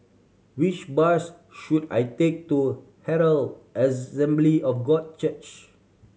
which bus should I take to Herald Assembly of God Church